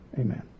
Amen